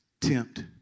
tempt